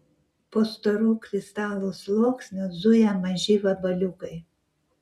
po storu kristalų sluoksniu zuja maži vabaliukai